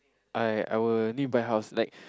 I I would need buy house like